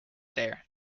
there